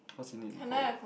cause he needs it for work